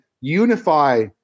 unify